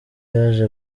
yaje